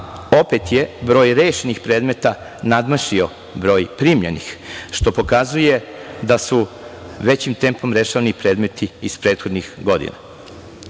opet je broj rešenih predmeta nadmašio broj primljenih, što pokazuje da su većim tempom rešavani predmeti iz prethodnih godina. Tako